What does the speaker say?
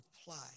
apply